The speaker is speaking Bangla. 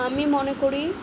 আমি মনে করি